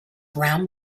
round